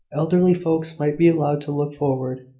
elderly folks might be allowed to look forward,